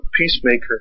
peacemaker